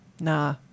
Nah